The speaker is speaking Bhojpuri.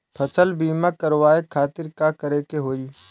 फसल बीमा करवाए खातिर का करे के होई?